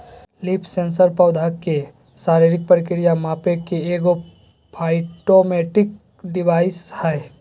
leaf sensor पौधा के शारीरिक प्रक्रिया मापे के एगो फाइटोमेट्रिक डिवाइस हइ